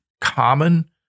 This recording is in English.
common